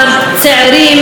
צעירים,